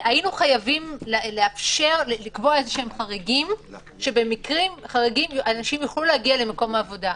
היינו חייבים לקבוע איזה שהם חריגים שכן יוכלו להגיע למקום העבודה.